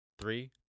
Three